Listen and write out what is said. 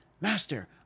Master